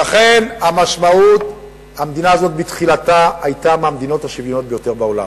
שהמדינה הזאת בתחילתה היתה מהמדינות השוויוניות ביותר בעולם.